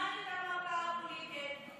תלמד את המפה הפוליטית,